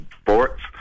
sports